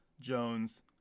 Jones